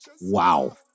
Wow